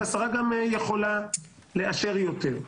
והשרה גם יכולה לאשר יותר.